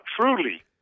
truly